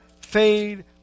fade